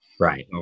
Right